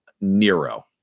Nero